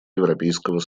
европейского